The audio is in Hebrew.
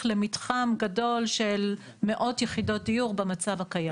למתחם גדול של מאות יחידות דיור במצב הקיים.